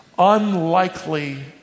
unlikely